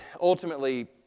ultimately